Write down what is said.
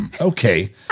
okay